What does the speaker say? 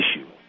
issue